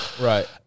Right